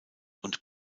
und